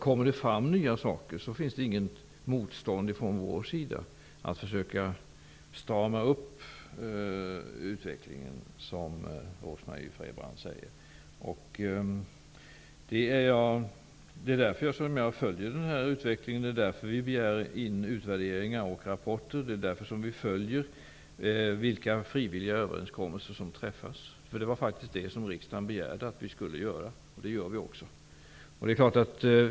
Kommer det fram nya saker finns det inget motstånd från vår sida mot att försöka strama upp utvecklingen, som Rose-Marie Frebran säger. Det är därför jag följer utvecklingen. Det är därför vi begär in utvärderingar och rapporter. Det är därför som vi följer vilka frivilliga överenskommelser som träffas. Det var faktiskt det som riksdagen begärde att vi skulle göra, och det gör vi också.